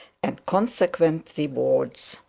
and consequent rewards.